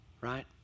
Right